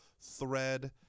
thread